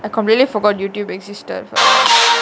I completely forgot youtube existed